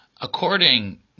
According